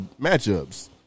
matchups